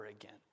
again